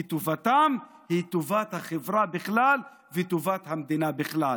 כי טובתם היא טובת החברה בכלל וטובת המדינה בכלל.